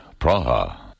Praha